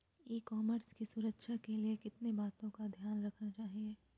ई commerce की सुरक्षा के लिए किन बातों का ध्यान रखना चाहिए?